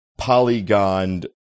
polygoned